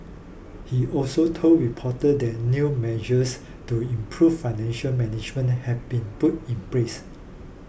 he also told reporter that new measures to improve financial management have been put in place